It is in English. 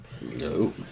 No